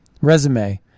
resume